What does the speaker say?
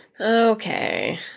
Okay